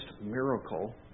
miracle